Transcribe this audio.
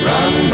Run